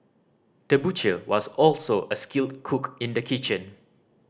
the butcher was also a skilled cook in the kitchen